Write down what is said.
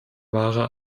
wahrer